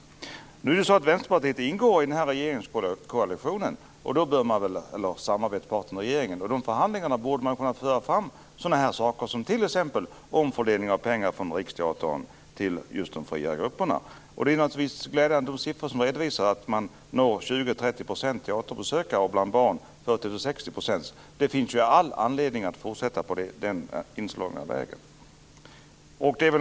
Vänsterpartiet ingår i samarbetspartierna, och då borde man föra fram sådana förslag som t.ex. omfördelning av pengarna till Riksteatern till de fria grupperna. Det är naturligtvis glädjande att man når 20 30 % teaterbesökare och 40-60 % barn. Det finns ju all anledning att fortsätta på den inslagna vägen.